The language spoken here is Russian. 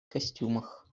костюмах